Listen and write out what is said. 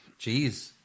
Jeez